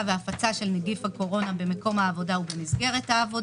והפצה של נגיף הקורונה במקום העבודה ובמסגרתה,